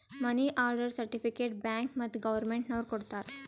ಮನಿ order certificate bank ಮತ್ತ್ government ನವ್ರು ಕೊಡ್ತಾರ